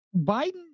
Biden